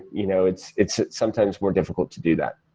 you know it's it's sometimes more difficult to do that.